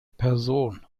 person